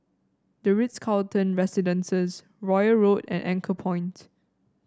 the Ritz Carlton Residences Royal Road and Anchorpoint